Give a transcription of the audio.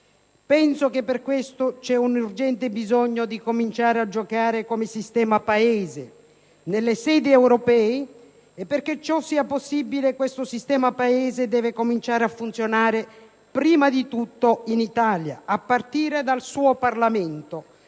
penso che per questo c'è un urgente bisogno di cominciare a giocare come sistema Paese nelle sedi europee e perché ciò sia possibile questo sistema Paese deve cominciare a funzionare prima di tutto in Italia, a partire dal suo Parlamento,